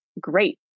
great